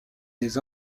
des